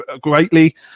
greatly